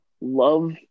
love